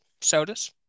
sodas